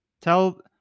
tell